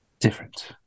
Different